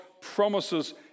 promises